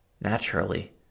Naturally